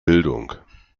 bildung